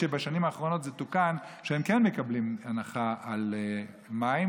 שבשנים האחרונות תוקן שהם כן מקבלים הנחה על מים,